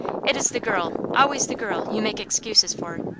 it is the girl always the girl you make excuses for.